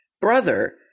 Brother